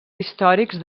històrics